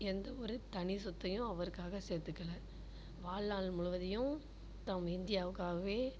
எந்த ஒரு தனி சொத்தையும் அவருக்காக சேர்த்துக்கல வாழ்நாள் முழுவதையும் நம் இந்தியாவுக்காகவே